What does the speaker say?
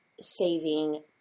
saving